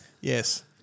Yes